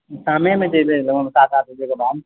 शाममे जइबै हम सात आठ बजेके बाद